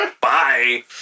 Bye